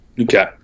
Okay